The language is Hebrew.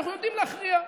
אנחנו יודעים להכריע.